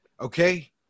Okay